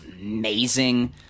amazing